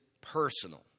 personal